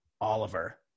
Oliver